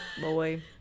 Boy